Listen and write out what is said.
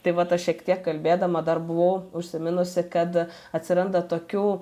tai vat aš šiek tiek kalbėdama dar buvau užsiminusi kad atsiranda tokių